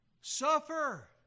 Suffer